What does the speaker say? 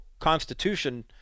constitution